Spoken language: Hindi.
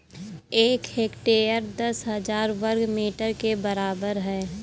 एक हेक्टेयर दस हजार वर्ग मीटर के बराबर है